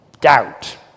doubt